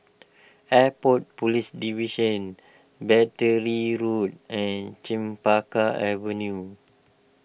Airport Police Division Battery Road and Chempaka Avenue